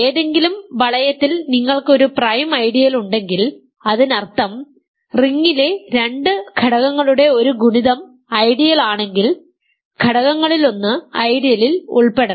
ഏതെങ്കിലും വളയത്തിൽ നിങ്ങൾക്ക് ഒരു പ്രൈം ഐഡിയലുണ്ടെങ്കിൽ അതിനർത്ഥം റിംഗിലെ രണ്ട് ഘടകങ്ങളുടെ ഒരു ഗുണിതം ഐഡിയലാണെങ്കിൽ ഘടകങ്ങളിലൊന്ന് ഐഡിയലിൽ ഉൾപ്പെടണം